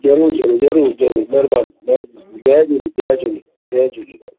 जरूर जरूर जरूर जरूर महिरबानी महेरबानी जय झूले जय झूले जय झूलेलाल